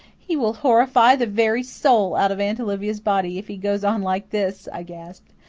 he will horrify the very soul out of aunt olivia's body if he goes on like this, i gasped.